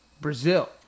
Brazil